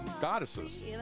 goddesses